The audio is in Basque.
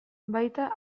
baita